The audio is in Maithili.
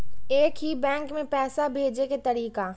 एक ही बैंक मे पैसा भेजे के तरीका?